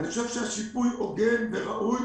אני חושב שהשיפוי הוגן וראוי